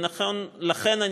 לכן,